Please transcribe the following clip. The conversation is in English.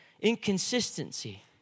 inconsistency